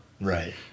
Right